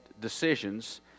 decisions